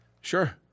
Sure